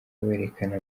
werekana